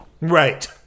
Right